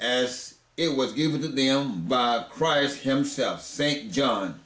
as it was given to them by christ himself saint john